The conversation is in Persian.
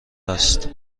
است